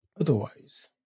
Otherwise